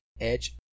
edge